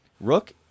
Rook